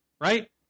right